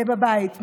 בבית.